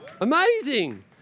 Amazing